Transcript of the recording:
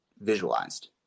visualized